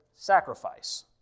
sacrifice